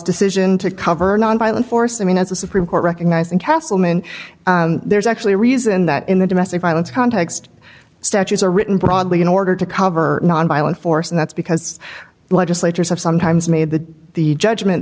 decision to cover nonviolent force i mean as a supreme court recognizing castleman there's actually a reason that in the domestic violence context statutes are written broadly in order to cover nonviolent force and that's because legislatures have sometimes made that the judgment